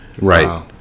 Right